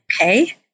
okay